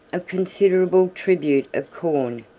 a considerable tribute of corn,